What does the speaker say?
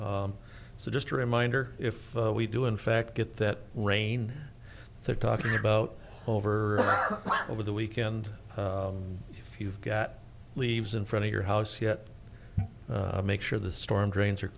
so just a reminder if we do in fact get that rain they're talking about over over the weekend if you've got leaves in front of your house yet make sure the storm drains